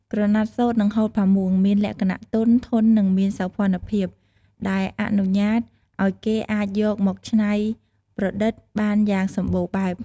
ក្រណាត់សូត្រ និងហូលផាមួង មានលក្ខណៈទន់ ធន់ និងមានសោភ័ណភាព ដែលអនុញ្ញាតឱ្យគេអាចយកមកច្នៃប្រតិដ្ឋបានយ៉ាងសម្បូរបែប។